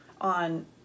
on